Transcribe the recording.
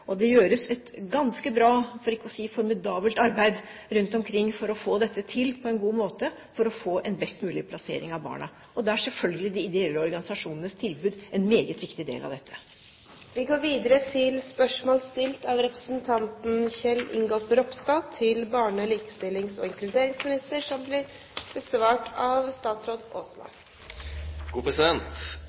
Og det gjøres et ganske bra, for ikke å si formidabelt, arbeid rundt omkring for å få dette til på en god måte og for å få en best mulig plassering av barna. Da er selvfølgelig de ideelle organisasjonenes tilbud en meget viktig del av dette.